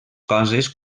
coses